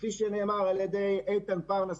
כפי שנאמר על ידי איתן פרנס,